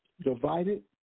divided